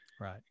right